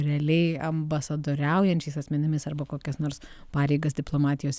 realiai ambasadoriaujančiais asmenimis arba kokias nors pareigas diplomatijos